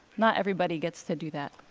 not everybody gets to do that.